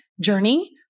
journey